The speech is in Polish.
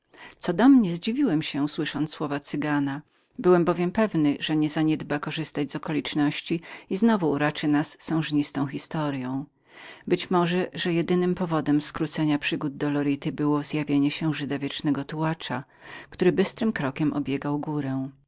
co do mnie zdziwiłem się słysząc te słowa cygana byłem bowiem pewnym że nie zaniedba korzystać z okoliczności i znowu uraczy nas sążnistą historyą być może że jedynym powodem skrócenia przygód dolority było zjawienie się żyda wiecznego tułacza który bystrym krokiem obiegał górę